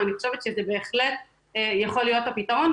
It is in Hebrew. ואני חושבת שזה בהחלט יכול להיות הפתרון,